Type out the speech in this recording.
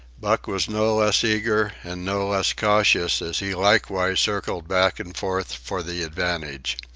buck was no less eager, and no less cautious, as he likewise circled back and forth for the advantage.